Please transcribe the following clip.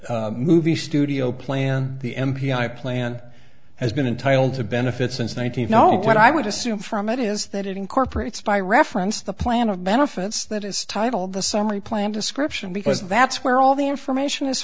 the movie studio plan the m p i plan has been titled to benefit since one thousand no what i would assume from it is that it incorporates by reference the plan of benefits that is titled the summary plan description because that's where all the information is